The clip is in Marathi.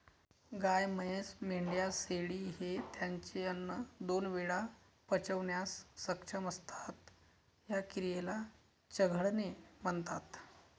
गाय, म्हैस, मेंढ्या, शेळी हे त्यांचे अन्न दोन वेळा पचवण्यास सक्षम असतात, या क्रियेला चघळणे म्हणतात